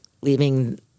leaving